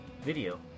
video